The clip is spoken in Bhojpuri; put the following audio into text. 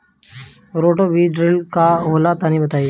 रोटो बीज ड्रिल का होला तनि बताई?